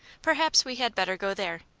perhaps we had better go there.